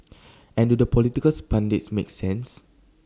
and do the political pundits make sense